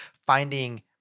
finding